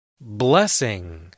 Blessing